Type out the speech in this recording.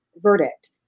verdict